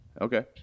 Okay